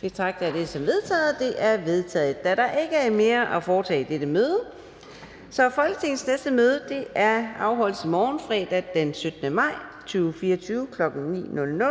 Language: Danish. Fjerde næstformand (Karina Adsbøl): Der er ikke mere at foretage i dette møde. Folketingets næste møde afholdes i morgen, fredag den 17. maj 2024, kl. 9.00.